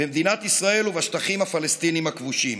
במדינת ישראל ובשטחים הפלסטיניים הכבושים.